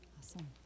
Awesome